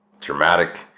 dramatic